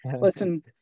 listen